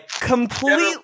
Completely